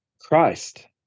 Christ